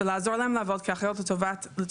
לעזור להן לעבוד כאחיות לטובתם,